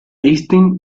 einstein